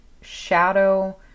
shadow